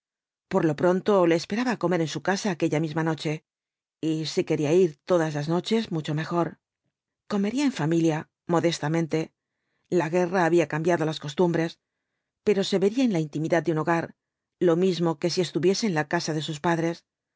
por lo pronto le esperaba á comer en su casa aquella misma noche y si quería ir todas las noches mucho mejor comería en familia modestamente la guerra había cambiado las costumbres pero se vería en la intimidad de un hogar lo mismo que si estuviese en la casa de sus padres